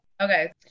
Okay